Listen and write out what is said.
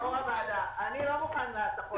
יו"ר הוועדה, אני לא מוכן להטפות האלה.